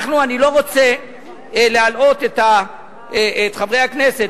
אני לא רוצה להלאות את חברי הכנסת,